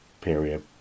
period